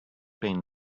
been